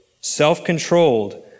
self-controlled